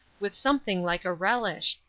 with something like a relish,